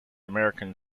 american